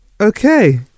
Okay